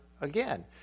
again